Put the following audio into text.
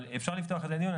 אבל אפשר לפתוח את הדיון.